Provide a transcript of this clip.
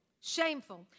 Shameful